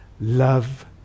love